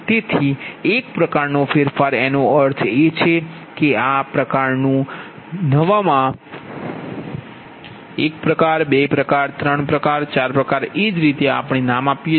તેથી એક પ્રકારનો ફેરફાર એનો અર્થ એ છે કે આ પ્રકારનું નામ 1 પ્રકાર 2 પ્રકાર 3 પ્રકાર 4 છે જે રીતે આપણે તેને નામ આપીએ છીએ